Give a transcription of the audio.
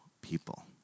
people